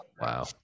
wow